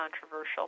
controversial